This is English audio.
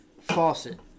faucet